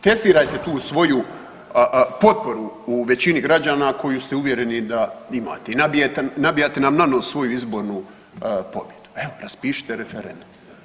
Testirajte tu svoju potporu u većini građana koju ste uvjereni da je imate i nabijate nam na nos svoju izbornu pobjedu, evo raspišite referendum.